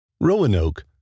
Roanoke